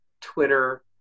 Twitter